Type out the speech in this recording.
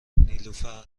نیلوفرنه